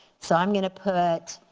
so i'm gonna put